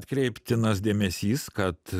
atkreiptinas dėmesys kad